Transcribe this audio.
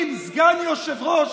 עם סגן יושב-ראש